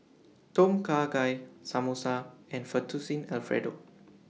Tom Kha Gai Samosa and Fettuccine Alfredo